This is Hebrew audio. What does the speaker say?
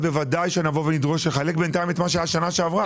בוודאי שנבוא ונדרוש לחלק בינתיים את מה שהיה בשנה שעברה.